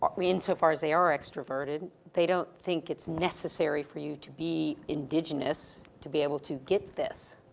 are, mean so far they are extroverted. they don't think it's necessary for you to be indigenous to be able to get this.